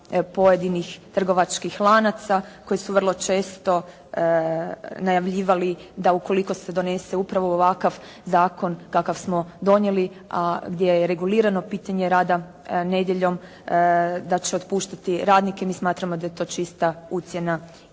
pojedinih trgovačkih lanaca koji su vrlo često najavljivali da ukoliko se donese upravo ovakav zakon kakav smo donijeli, a gdje je regulirano pitanje rada nedjeljom, da će otpuštati radnike, mi smatramo da je to čista ucjena i